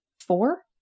Four